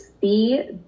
see